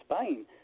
Spain